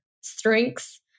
strengths